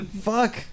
Fuck